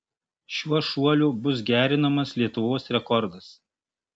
šiuo šuoliu bus gerinamas lietuvos rekordas